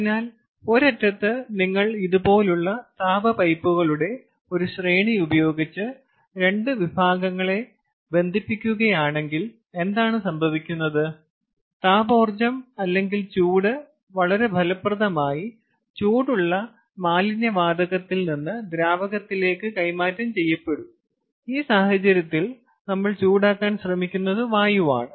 അതിനാൽ ഒരറ്റത്ത് നിങ്ങൾ ഇതുപോലുള്ള താപ പൈപ്പുകളുടെ ഒരു ശ്രേണി ഉപയോഗിച്ച് 2 വിഭാഗങ്ങളെ ബന്ധിപ്പിക്കുകയാണെങ്കിൽ എന്താണ് സംഭവിക്കുന്നത് താപോർജ്ജം അല്ലെങ്കിൽ ചൂട് വളരെ ഫലപ്രദമായി ചൂടുള്ള മാലിന്യ വാതകത്തിൽ നിന്ന് ദ്രാവകത്തിലേക്ക് കൈമാറ്റം ചെയ്യപ്പെടും ഈ സാഹചര്യത്തിൽ നമ്മൾ ചൂടാക്കാൻ ശ്രമിക്കുന്നത് വായുവാണ്